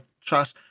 chat